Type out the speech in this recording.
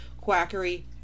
quackery